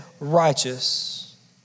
Righteous